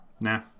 Nah